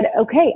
okay